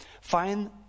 find